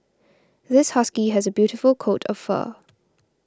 this husky has a beautiful coat of fur